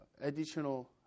additional